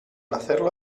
hacerlo